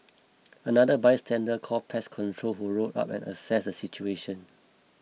another bystander called pest control who rolled up and assessed the situation